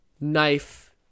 knife